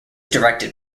directed